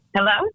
Hello